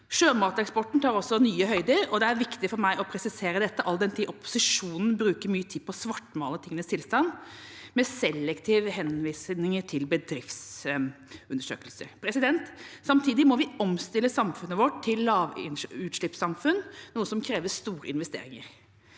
Sjømateksporten når også nye høyder, og det er viktig for meg å presisere dette, all den tid opposisjonen bruker mye tid på å svartmale tingenes tilstand med selektive henvisninger til bedriftsundersøkelser. Samtidig må vi omstille samfunnet vårt til et lavutslippssamfunn, noe som krever store investeringer,